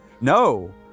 No